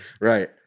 Right